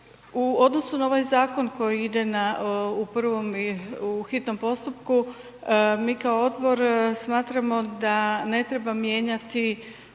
U odnosu na ovaj zakon koji ide na, u prvom i u hitnom postupku mi kao odbor smatramo da ne treba mijenjati